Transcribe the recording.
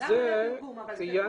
אבל גם את זה ציינתי.